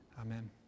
amen